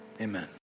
Amen